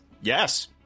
Yes